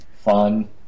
fun